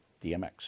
DMX